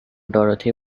dorothy